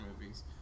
movies